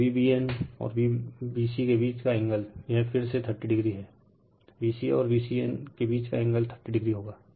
और Vbn और Vbc के बीच का एंगल यह फिर से 30o है Vca और Vcn के बीच का एंगल 30o होगा